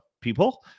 people